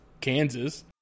Kansas